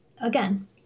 again